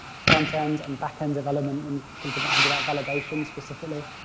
front end and back end development, when you think but think about validation specifically,